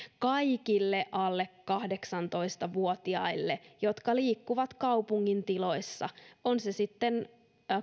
kaikille alle kahdeksantoista vuotiaille jotka liikkuvat kaupungin tiloissa on se sitten